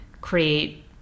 create